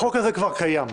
החוק הזה כבר קיים.